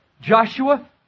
Joshua